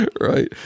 Right